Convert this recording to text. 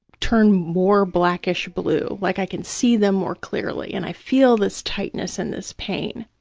turn more blackish-blue, like i can see them more clearly and i feel this tightness and this pain,